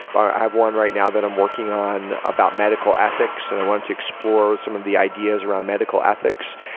but i have one right now that i'm working on about medical ethics and i want to explore some of the ideas around medical ethics.